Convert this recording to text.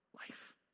Life